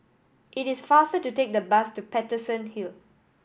it is faster to take the bus to Paterson Hill